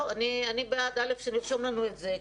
אני בעד שנרשום לנו את זה.